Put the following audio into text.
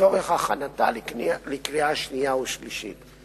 לצורך הכנתה לקריאה שנייה ולקריאה שלישית.